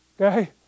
Okay